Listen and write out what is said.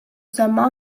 semma